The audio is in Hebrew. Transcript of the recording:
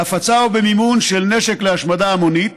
בהפצה או במימון של נשק להשמדה המונית